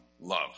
love